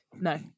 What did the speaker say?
No